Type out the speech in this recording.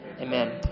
Amen